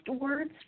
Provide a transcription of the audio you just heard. words